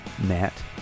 Matt